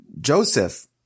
Joseph